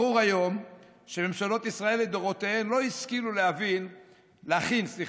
ברור היום שממשלות ישראל לדורותיהן לא השכילו להכין תוכניות